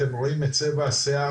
אתם רואים את צבע השיער,